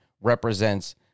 represents